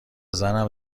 زنم